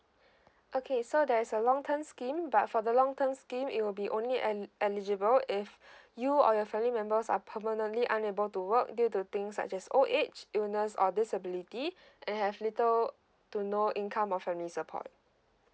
okay so there is a long term scheme but for the long term scheme it will be only be eli~ and eligible if you or your family members are permanently unable to work due to things such as old age illness or disability and have little to no income or family support